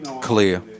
Clear